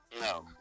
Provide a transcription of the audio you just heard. no